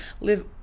live